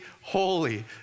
holy